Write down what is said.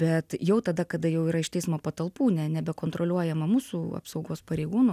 bet jau tada kada jau yra iš teismo patalpų ne nebe kontroliuojama mūsų apsaugos pareigūnų